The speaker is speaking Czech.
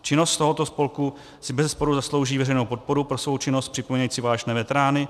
Činnost tohoto spolku si bezesporu zaslouží veřejnou podporu pro svou činnost připomínající válečné veterány.